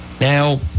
Now